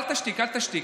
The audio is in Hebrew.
אל תשתיק, אל תשתיק.